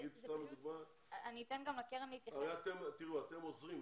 אתם עוזרים,